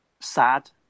sad